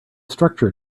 structure